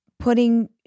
putting